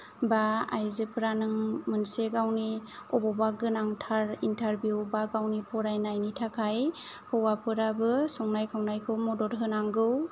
एबा आयजोफोरा नों मोनसे गावनि अबावबा गोनांथार इन्टारभिउ बा गावनि फरायनायनि थाखाय हौवाफोराबो संनाय खावनायखौ मदद होनांगौ